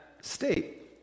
state